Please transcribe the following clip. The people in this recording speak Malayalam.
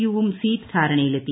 യു വും സീറ്റ് ധാരണയിലെത്തി